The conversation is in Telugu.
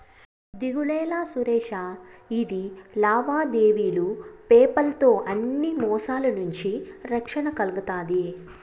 దిగులేలా సురేషా, ఇది లావాదేవీలు పేపాల్ తో అన్ని మోసాల నుంచి రక్షణ కల్గతాది